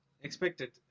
expected